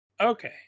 Okay